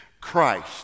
Christ